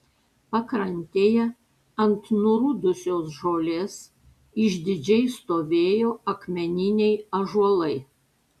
pakrantėje ant nurudusios žolės išdidžiai stovėjo akmeniniai ąžuolai